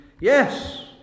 Yes